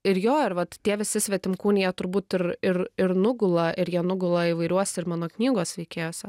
ir jo ir vat tie visi svetimkūniai jie turbūt ir ir ir nugula ir jie nugula įvairiuose ir mano knygos veikėjose